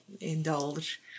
indulge